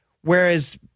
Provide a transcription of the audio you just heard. whereas